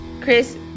Chris